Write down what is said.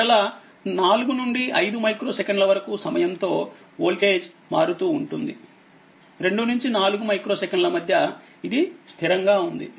మరలా 4 నుండి 5మైక్రో సెకన్ల వరకు సమయం తో వోల్టేజ్ మారుతూ ఉంటుంది2 నుంచి 4 మైక్రో సెకన్ల మధ్య ఇది స్థిరంగా ఉంది